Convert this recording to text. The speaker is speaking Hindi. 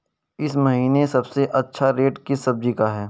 इस महीने सबसे अच्छा रेट किस सब्जी का है?